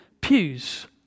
pews